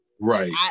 right